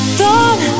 Thought